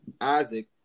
Isaac